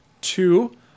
two